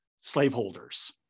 slaveholders